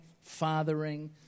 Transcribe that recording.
fathering